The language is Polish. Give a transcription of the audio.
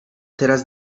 teraz